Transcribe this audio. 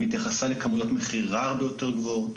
והיא התייחסה לכמויות מכירה הרבה יותר גבוהות,